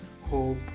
hope